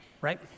right